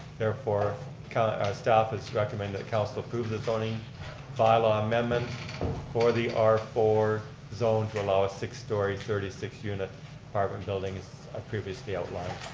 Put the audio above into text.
therefore kind of our staff is recommend that council approve the zoning bylaw amendment for the r four zone to allow a six story, thirty six unit apartment building as i previously outlined.